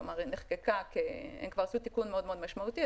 כלומר, הם כבר